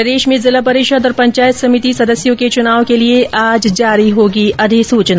प्रदेश में जिला परिषद और पंचायत समिति सदस्यों के चुनाव के लिए आज जारी होगी अधिसूचना